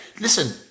listen